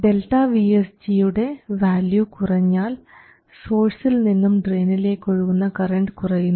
ΔVSG യുടെ വാല്യൂ കുറഞ്ഞാൽ സോഴ്സിൽ നിന്നും ഡ്രയിനിലേക്ക് ഒഴുകുന്ന കറണ്ട് കുറയുന്നു